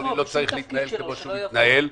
לא צריך להתנהל כפי שהוא מתנהל.